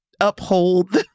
uphold